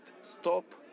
stop